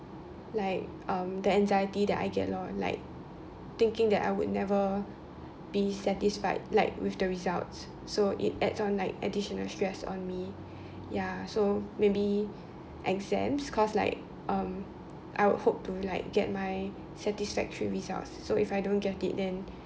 like um the anxiety that I get lor like thinking that I would never be satisfied like with the results so it adds on like additional stress on me ya so maybe exams cause like um I would hope to like get my satisfactory results so if I don't get it then